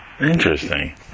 Interesting